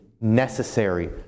necessary